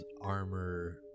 armor